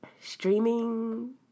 streaming